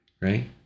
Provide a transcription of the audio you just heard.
Right